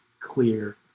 clear